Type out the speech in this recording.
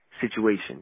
situation